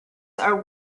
are